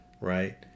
right